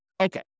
Okay